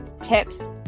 tips